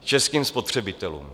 českým spotřebitelům.